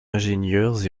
ingénieurs